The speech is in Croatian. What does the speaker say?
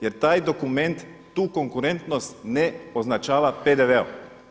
Jer taj dokument, tu konkurentnost ne označava PDV-om.